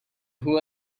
who